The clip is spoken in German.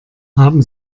haben